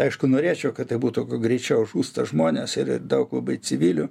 aišku norėčiau kad tai būtų kuo greičiau žūsta žmonės ir daug labai civilių